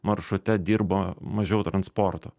maršrute dirbo mažiau transporto